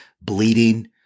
bleeding